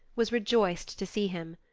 was rejoiced to see him.